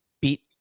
beat